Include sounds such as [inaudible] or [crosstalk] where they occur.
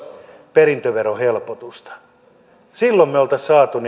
perintöverohelpotusta silloin me olisimme saaneet [unintelligible]